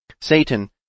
Satan